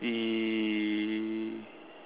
uh